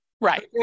Right